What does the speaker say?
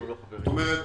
זאת אומרת,